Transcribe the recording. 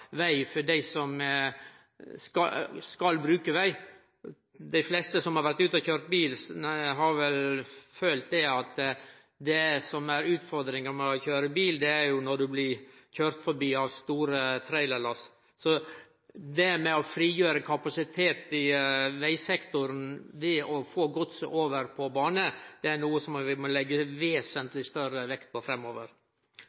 for dei som skal bruke vegen. Dei fleste som har vore ute og køyrt bil, har vel følt at utfordringa med å køyre bil, er å bli forbikøyrt av store trailerlass. Så det med å frigjere kapasitet i vegsektoren ved å få godset over på bane, er noko vi må